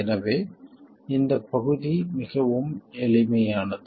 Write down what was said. எனவே இந்த பகுதி மிகவும் எளிமையானது